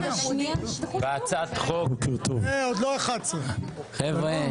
בהצעת חוק --- עוד לא 11:00. חבר'ה,